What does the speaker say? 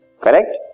Correct